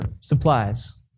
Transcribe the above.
supplies